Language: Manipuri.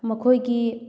ꯃꯈꯣꯏꯒꯤ